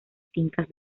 fincas